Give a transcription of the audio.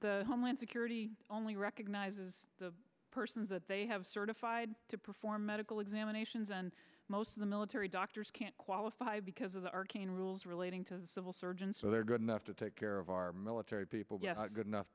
the homeland security only recognizes the persons that they have certified to perform medical examinations and most of the military doctors can't qualify because of the arcane rules relating to civil surgeons so they're good enough to take care of our military people good enough